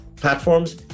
platforms